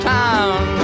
town